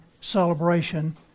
celebration